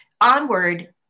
Onward